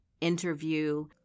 interview